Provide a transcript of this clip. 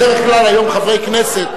בדרך כלל היום חברי כנסת,